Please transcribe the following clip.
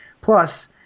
Plus